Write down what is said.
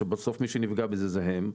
שבסוף מי שנפגע מזה זה הם.